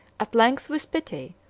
at length with pity,